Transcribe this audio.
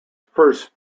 first